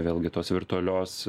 vėlgi tos virtualios